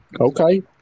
Okay